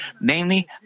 namely